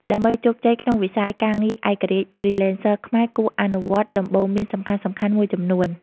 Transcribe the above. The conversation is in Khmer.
ដើម្បីជោគជ័យក្នុងវិស័យការងារឯករាជ្យ Freelancers ខ្មែរគួរអនុវត្តដំបូន្មានសំខាន់ៗមួយចំនួន។